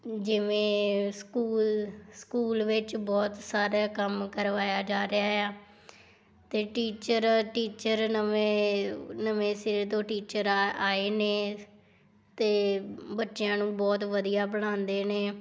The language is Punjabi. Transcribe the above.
ਜਿਵੇਂ ਸਕੂਲ ਸਕੂਲ ਵਿੱਚ ਬਹੁਤ ਸਾਰਾ ਕੰਮ ਕਰਵਾਇਆ ਜਾ ਰਿਹਾ ਆ ਅਤੇ ਟੀਚਰ ਟੀਚਰ ਨਵੇਂ ਨਵੇਂ ਸਿਰੇ ਤੋਂ ਟੀਚਰ ਆ ਆਏ ਨੇ ਅਤੇ ਬੱਚਿਆਂ ਨੂੰ ਬਹੁਤ ਵਧੀਆ ਪੜ੍ਹਾਉਂਦੇ ਨੇ